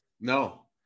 No